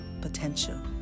potential